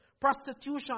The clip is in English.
prostitution